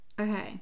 okay